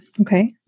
okay